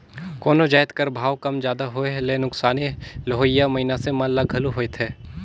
कोनो जाएत कर भाव कम जादा होए ले नोसकानी लेहोइया मइनसे मन ल घलो होएथे